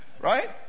Right